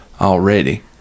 already